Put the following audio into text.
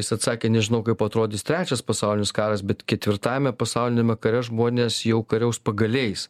jis atsakė nežinau kaip atrodys trečias pasaulinis karas bet ketvirtajame pasauliniame kare žmonės jau kariaus pagaliais